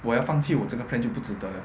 我要放弃我这个 plan 就不值得了